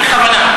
בכוונה.